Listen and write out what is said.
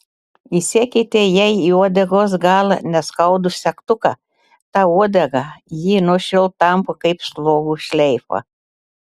įsekite jai į uodegos galą neskaudų segtuką tą uodegą ji nuo šiol tampo kaip slogų šleifą